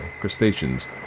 crustaceans